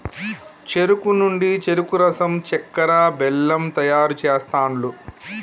చెరుకు నుండి చెరుకు రసం చెక్కర, బెల్లం తయారు చేస్తాండ్లు